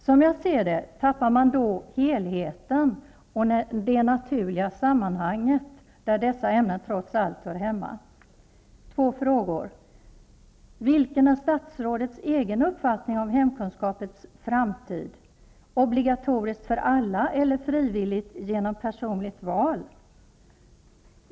Som jag ser det tappar man under sådana förhållanden helheten och det naturliga sammanhang där dessa ämnen trots allt hör hemma. Jag vill ställa ytterligare två frågor. Vilken är statsrådets egen uppfattning om hemkunskapens framtid? Skall ämnet vara obligatoriskt för alla eller frivilligt, grundat på personligt val?